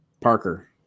Parker